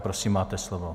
Prosím, máte slovo.